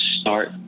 start